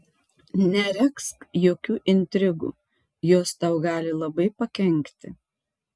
neregzk jokių intrigų jos tau gali labai pakenkti